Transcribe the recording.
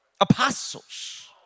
apostles